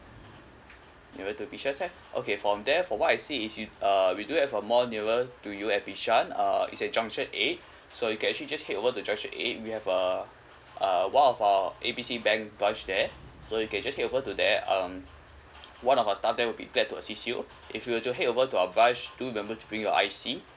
nearer to bishan side okay from there for what I see is you uh we do have a more nearer to you at bishan uh it's at junction eight so you can actually just head over to junction eight we have a uh one of our A B C bank branch there so you can just head over to there um one of our staff there will be glad to assist you if you were to head over to our branch do remember to bring your I_C